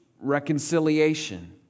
reconciliation